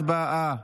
הצבעה.